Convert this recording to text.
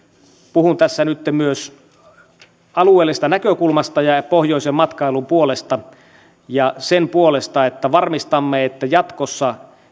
puhun tässä nytten myös alueellisesta näkökulmasta ja ja pohjoisen matkailun puolesta ja sen puolesta että varmistamme että jatkossa